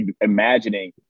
imagining